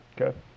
Okay